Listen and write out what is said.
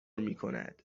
میکند